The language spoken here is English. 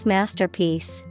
Masterpiece